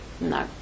no